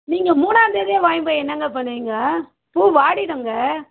நீங்கள் மூணாம்தேதியே வாங்கிட்டு போய் என்னங்க பண்ணுவீங்க பூ வாடிடும்ங்க